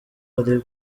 ari